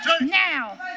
now